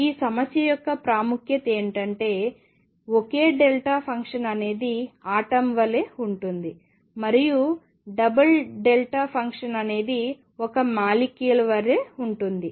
ఈ సమస్య యొక్క ప్రాముఖ్యత ఏమిటంటే ఒకే డెల్టా ఫంక్షన్ అనేది ఆటమ్ వలె ఉంటుంది మరియు డబుల్ డెల్టా ఫంక్షన్ అనేది ఒక మాలిక్యూల్ వలె ఉంటుంది